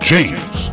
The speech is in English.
James